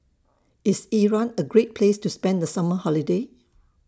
IS Iran A Great Place to spend The Summer Holiday